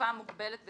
תקופה מוגבלת בזמן,